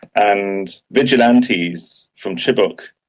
and vigilantes from chibok,